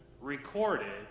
recorded